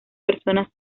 personas